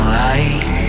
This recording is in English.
light